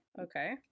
Okay